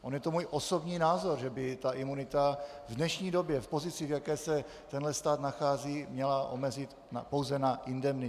On je to můj osobní názor, že by se ta imunita v dnešní době, v pozici, v jaké se tento stát nachází, měla omezit pouze na indemnitu.